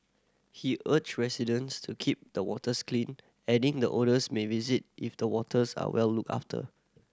he urged residents to keep the waters clean adding the otters may visit if the waters are well looked after